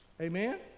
Amen